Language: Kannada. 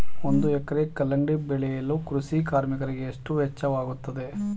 ಒಂದು ಎಕರೆ ಕಲ್ಲಂಗಡಿ ಬೆಳೆಯಲು ಕೃಷಿ ಕಾರ್ಮಿಕರಿಗೆ ಎಷ್ಟು ವೆಚ್ಚವಾಗುತ್ತದೆ?